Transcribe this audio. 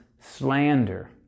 Slander